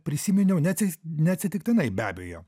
prisiminiau netsi neatsitiktinai be abejo